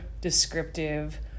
descriptive